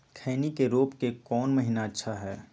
खैनी के रोप के कौन महीना अच्छा है?